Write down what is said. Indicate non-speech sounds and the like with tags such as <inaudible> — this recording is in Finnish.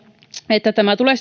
että tämä tulee <unintelligible>